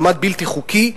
במעמד בלתי חוקי,